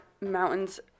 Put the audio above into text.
Mountains